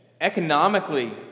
economically